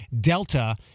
Delta